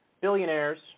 billionaires